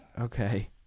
Okay